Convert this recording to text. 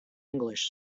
english